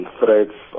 threats